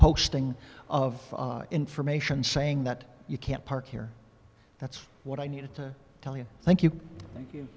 posting of information saying that you can't park here that's what i needed to tell you thank you thank